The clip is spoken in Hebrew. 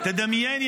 תדמיין,